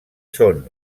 són